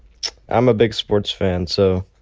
i'm a big sports fan. so